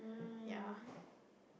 ya